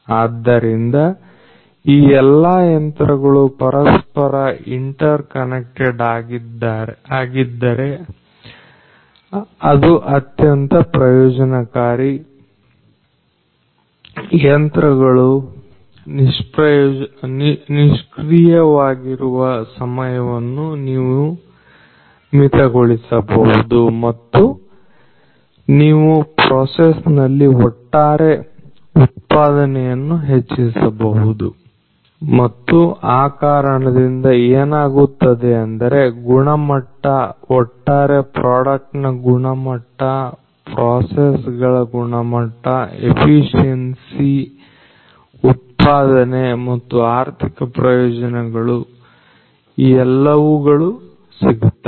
ಆದ್ದರಿಂದ ಈ ಎಲ್ಲಾ ಯಂತ್ರಗಳು ಪರಸ್ಪರ ಇಂಟರ್ ಕನೆಕ್ಟೆಡ್ ಆಗಿದ್ದಾರೆ ಅದ ಅತ್ಯಂತ ಪ್ರಯೋಜನಕಾರಿ ಯಂತ್ರಗಳು ನಿಷ್ಕ್ರಿಯವಾಗಿರುವ ಸಮಯವನ್ನು ನೀವು ಮಿತ ಗೊಳಿಸಬಹುದು ಮತ್ತು ನೀವು ಪ್ರೋಸೆಸ್ ನಲ್ಲಿ ಒಟ್ಟಾರೆ ಉತ್ಪಾದನೆಯನ್ನು ಹೆಚ್ಚಿಸಬಹುದು ಮತ್ತು ಆ ಕಾರಣದಿಂದ ಏನಾಗುತ್ತೆ ಅಂದ್ರೆ ಗುಣಮಟ್ಟ ಒಟ್ಟಾರೆ ಪ್ರಾಡಕ್ಟ್ ನ ಗುಣಮಟ್ಟ ಪ್ರೋಸೆಸ್ ಗಳ ಗುಣಮಟ್ಟ ಎಫಿಷಿಯೆನ್ಸಿ ಉತ್ಪಾದನೆ ಮತ್ತು ಆರ್ಥಿಕ ಪ್ರಯೋಜನಗಳು ಈ ಎಲ್ಲವುಗಳು ಸಿಗುತ್ತವೆ